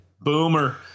Boomer